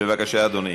בבקשה, אדוני.